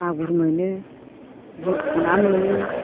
मागुर मोनो बरख' ना मोनो